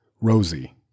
Rosie